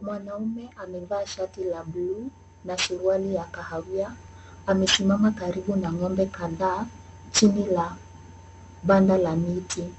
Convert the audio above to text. Mwanaume amevaa shati la bluu na suruali ya kahawia. Amesimama karibu na ng'ombe kadhaa chini la banda la miti .